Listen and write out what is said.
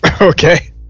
Okay